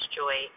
joy